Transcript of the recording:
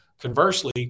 conversely